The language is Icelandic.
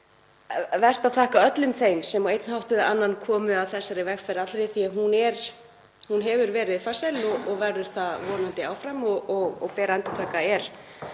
vert að þakka öllum þeim sem á einn hátt eða annan komu að þessari vegferð allri því að hún hefur verið farsæl og verður það vonandi áfram og ber að endurtaka: Er